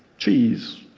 cheese,